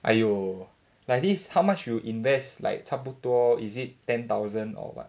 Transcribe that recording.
!aiyo! like this how much you invest like 差不多 is it ten thousand or what